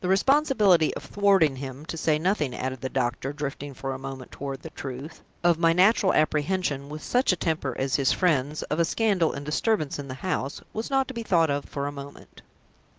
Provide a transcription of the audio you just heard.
the responsibility of thwarting him to say nothing, added the doctor, drifting for a moment toward the truth, of my natural apprehension, with such a temper as his friend's, of a scandal and disturbance in the house was not to be thought of for a moment.